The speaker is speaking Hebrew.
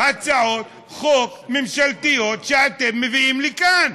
הצעות חוק ממשלתיות שאתם מביאים לכאן.